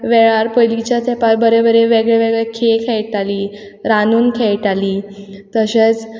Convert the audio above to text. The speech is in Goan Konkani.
वेळार पयलींच्या तेंपार बरे बरे वेगळे वेगळे खेळ खेयटालीं रांदून खेयटालीं तशेंच